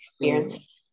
experience